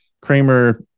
Kramer